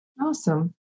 awesome